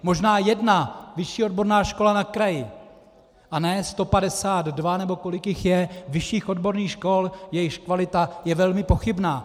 Možná jedna vyšší odborná škola na kraji, a ne 152 nebo kolik jich je, vyšších odborných škol, jejichž kvalita je velmi pochybná.